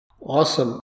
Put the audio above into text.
awesome